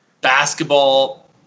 Basketball